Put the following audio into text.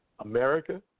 America